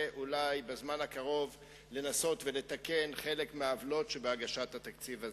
אולי בזמן הקרוב לתקן חלק מהעוולות שבהגשת התקציב הזה.